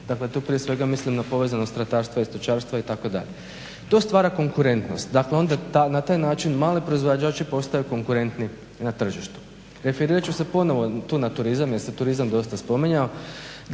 Dakle, tu prije svega mislim na povezanost ratarstva i stočarstava itd. To stvara konkurentnost, dakle onda na taj način mali proizvođači postaju konkurentni i na tržištu. Referirat ću se ponovno tu na turizam, jer se turizam dosta spominjao,